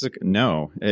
no